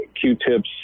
Q-tips